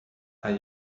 are